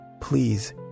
please